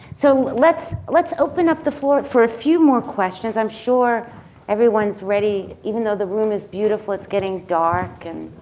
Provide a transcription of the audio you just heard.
so, let's let's open up the floor for a few more questions. i'm sure everyone's ready, even though the room is beautiful it's getting dark and,